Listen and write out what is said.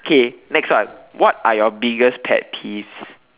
okay next one what are your biggest pet peeves